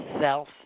self